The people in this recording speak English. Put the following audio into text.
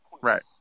Right